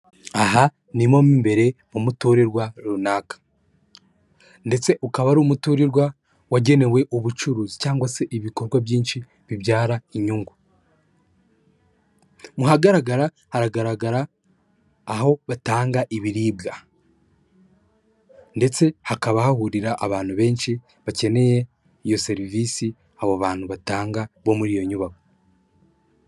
Aha ni mo mimbere mu muturirwa runaka, ndetse ukaba ari umuturirwa wagenewe ubucuruzi cyangwa se ibikorwa byinshi bibyara inyungu ,muhagaragara haragaragara aho batanga ibiribwa ndetse hakaba hahurira abantu benshi bakeneye iyo serivisi abo bantu batanga bo muri iyo nyubako.